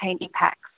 impacts